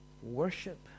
worship